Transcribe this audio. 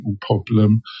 problem